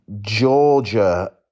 Georgia